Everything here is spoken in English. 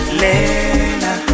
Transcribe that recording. lena